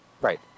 Right